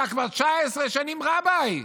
אתה כבר 19 שנים רביי,